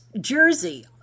jersey